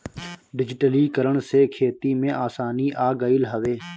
डिजिटलीकरण से खेती में आसानी आ गईल हवे